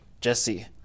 Jesse